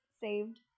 saved